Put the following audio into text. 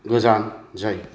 गोजान जायो